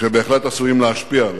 שבהחלט עשויים להשפיע עליה: